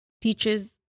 teaches